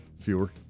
fewer